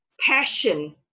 passion